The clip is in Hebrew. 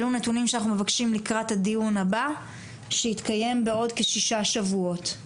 אלה נתונים שאנחנו מבקשים לקראת הדיון הבא שהתקיים בעוד כשישה שבועות.